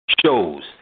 shows